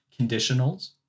conditionals